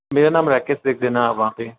मेरा नाम राकेश लिख देना आप वहाँ पे